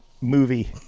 movie